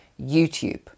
youtube